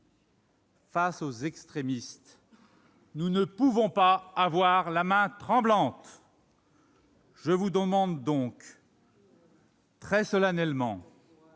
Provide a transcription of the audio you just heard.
Face aux extrémistes, nous ne pouvons pas avoir la main tremblante ! Je vous demande donc, très solennellement,